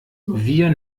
wir